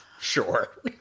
Sure